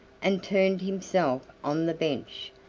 and turned himself on the bench,